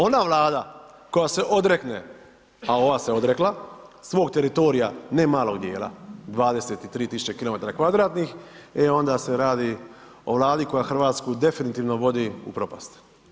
Ona Vlada koja se odrekne, a ova se odrekla svog teritorija, ne malog dijela, 23 000 km2 i onda se radi o vladi koja Hrvatsku definitivno vodi u propast.